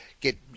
get